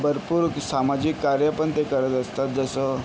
भरपूर सामाजिक कार्यपण ते करत असतात जसं